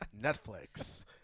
Netflix